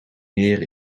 neer